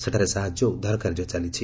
ସେଠାରେ ସାହାଯ୍ୟ ଓ ଉଦ୍ଧାର କାର୍ଯ୍ୟ ଚାଲିଛି